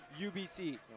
UBC